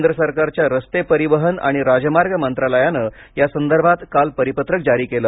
केंद्र सरकारच्या रस्ते परिवहन आणि राजमार्ग मंत्रालयाने या संदर्भात काल परिपत्रक जारी केलं